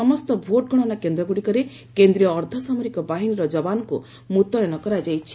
ସମସ୍ତ ଭୋଟ୍ ଗଣନା କେନ୍ଦ୍ରଗୁଡ଼ିକରେ କେନ୍ଦ୍ରୀୟ ଅର୍ଦ୍ଧସାମରିକ ବାହିନୀର ଯବାନଙ୍କୁ ମୁତୟନ କରାଯାଇଛି